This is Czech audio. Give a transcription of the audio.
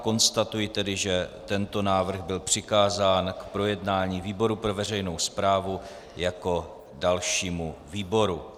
Konstatuji tedy, že tento návrh byl přikázán k projednání výboru pro veřejnou správu jako dalšímu výboru.